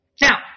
Now